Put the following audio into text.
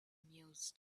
mused